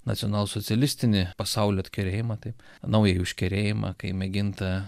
nacionalsocialistinį pasaulio atkerėjimą taip naująjį užkerėjimą kai mėginta